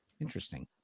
Interesting